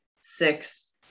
six